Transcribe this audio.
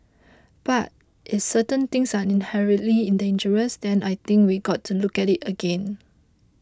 but if certain things are inherently in dangerous then I think we got to look at it again